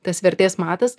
tas vertės matas